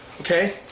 okay